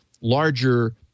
larger